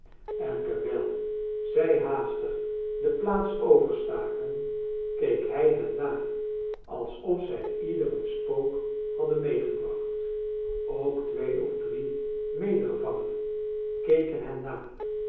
en terwijl zij haastig de plaafs overstaken keek hij hen na alsof zij ieder een spook hadden meegebracht ook twee of drie mede gevangenen keken hen na